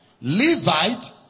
Levite